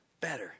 Better